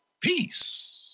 peace